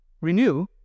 renew